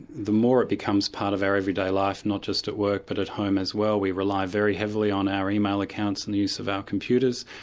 the more it becomes part of our everyday life, not just at work but at home as well, we rely very heavily on our email accounts and the use of our computers.